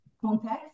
context